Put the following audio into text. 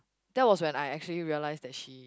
that was when I actually realise that she